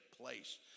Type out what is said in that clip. place